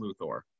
Luthor